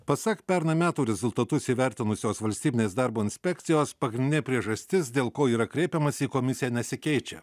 pasak pernai metų rezultatus įvertinusios valstybinės darbo inspekcijos pagrindinė priežastis dėl ko yra kreipiamasi į komisiją nesikeičia